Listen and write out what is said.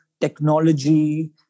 technology